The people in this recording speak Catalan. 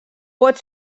pot